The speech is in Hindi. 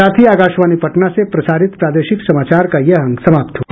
इसके साथ ही आकाशवाणी पटना से प्रसारित प्रादेशिक समाचार का ये अंक समाप्त हुआ